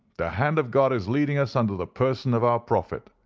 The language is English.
the hand of god is leading us under the person of our prophet.